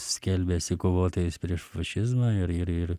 skelbėsi kovotojais prieš fašizmą ir ir